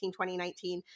2019